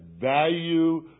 value